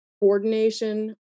coordination